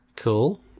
Cool